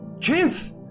chance